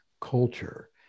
culture